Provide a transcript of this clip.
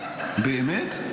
באמת?